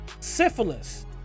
syphilis